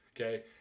Okay